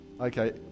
okay